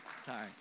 Sorry